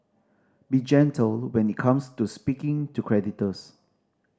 be gentle when it comes to speaking to creditors